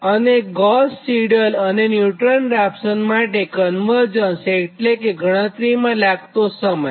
અને Gauss Seidel તથા Newton Raphson માટે કન્વરજ્ન્સ એટલે ગણતરીમાં લાગતો સમય